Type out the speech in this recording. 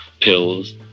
pills